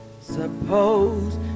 Suppose